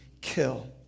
kill